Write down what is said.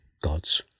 God's